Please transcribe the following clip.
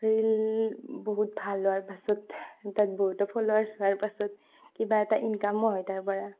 reel ব হুত ভাল হোৱাৰ পাছত তাত বহুতো ফলোৱাৰছ্ হোৱাৰ পাছত কিবা এটা ইনকামো হয় তাৰ পৰা